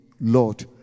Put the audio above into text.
Lord